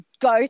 go